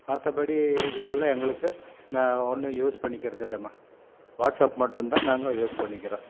மற்றபடி இதுக்கெல்லாம் எங்களுக்கு நான் ஒன்றும் யூஸ் பண்ணிக்கிறதில்லைம்மா வாட்ஸப் மட்டும்தான் நாங்கள் யூஸ் பண்ணிக்கிறோம்